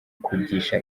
kugisha